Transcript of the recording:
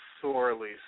sorely